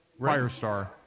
Firestar